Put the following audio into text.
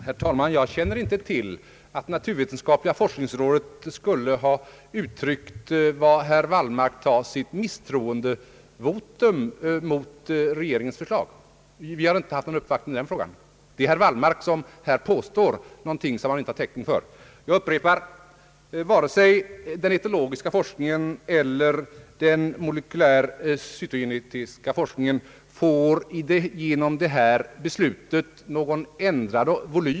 Herr talman! Jag känner inte till att naturvetenskapliga forskningsrådet skulle ha uttryckt, som herr Wallmark sade, sitt misstroendevotum med anledning av regeringens förslag. Vi har inte haft någon uppvaktning i den frågan. Herr Wallmark påstår någonting som han inte har täckning för. Jag upprepar att varken forskningen i etologi eller forskningen i molekylär cytogenetik får någon ändrad volym genom detta beslut.